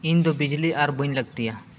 ᱤᱧᱫᱚ ᱵᱤᱡᱽᱞᱤ ᱟᱨ ᱵᱟᱹᱧ ᱞᱟᱹᱠᱛᱤᱭᱟ